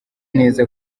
neza